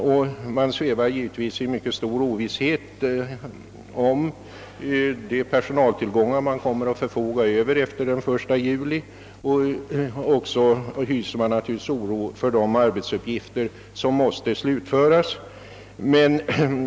Sällskapen svävar givetvis i mycket stor ovisshet om de personaltillgångar som de kommer att förfoga över efter den 1 juli, och de hyser naturligtvis också oro för att inte kunna slutföra de arbetsuppgifter som återstår därefter.